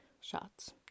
shots